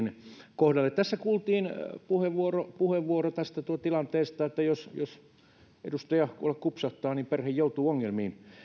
kohdalle tässä kuultiin puheenvuoro puheenvuoro siitä tilanteesta että jos edustaja kuolla kupsahtaa niin perhe joutuu ongelmiin